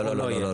לא.